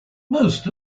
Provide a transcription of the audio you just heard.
most